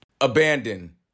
Abandon